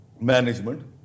management